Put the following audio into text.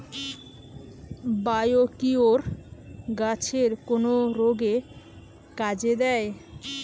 Biocure গাছের কোন রোগে কাজেদেয়?